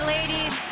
Ladies